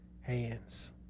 hands